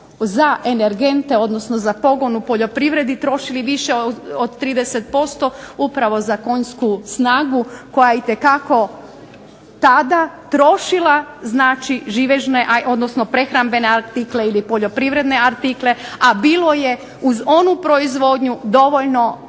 našu prošlost kada smo za pogon u poljoprivredi trošili više od 30% upravo za konjsku snagu koja itekako trošila znači živežne, odnosno prehrambene artikle, a bilo je uz onu proizvodnju dovoljno